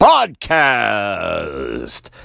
Podcast